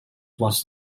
was